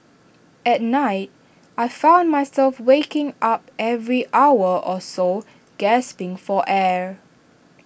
at night I found myself waking up every hour or so gasping for air